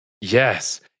Yes